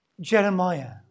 Jeremiah